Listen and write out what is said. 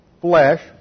Flesh